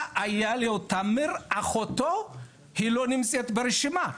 אייליהו תמיר אחותו היא לא נמצאת ברשימה,